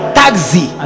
taxi